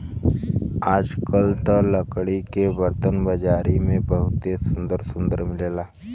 आजकल त लकड़ी के बरतन बाजारी में बहुते सुंदर सुंदर मिलेला